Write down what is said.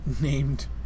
named